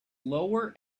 lower